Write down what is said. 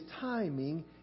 timing